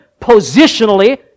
positionally